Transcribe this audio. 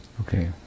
Okay